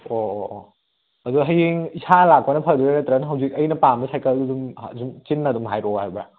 ꯑꯣꯑꯣꯑꯣ ꯑꯗꯨ ꯍꯌꯦꯡ ꯏꯁꯥ ꯂꯥꯛꯄꯅ ꯐꯗꯣꯏꯔꯥ ꯅꯠꯇ꯭ꯔꯒꯅ ꯍꯧꯖꯤꯛ ꯑꯩꯅ ꯄꯥꯝꯕ ꯁꯥꯏꯀꯜꯗꯨ ꯑꯗꯨꯝ ꯑꯗꯨꯝ ꯆꯤꯟꯅ ꯑꯗꯨꯝ ꯍꯥꯏꯔꯛꯑꯣ ꯍꯥꯏꯕ꯭ꯔꯥ